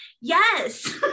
yes